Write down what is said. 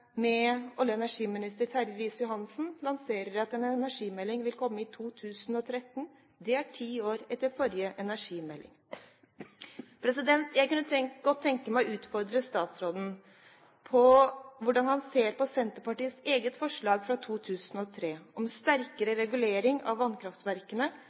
olje- og energiminister Terje Riis-Johansen lanserer at en energimelding vil komme i 2013. Det er ti år etter forrige energimelding. Jeg kunne godt tenke meg å utfordre statsråden på hvordan han ser på Senterpartiets eget forslag fra 2003 om sterkere regulering av vannkraftverkene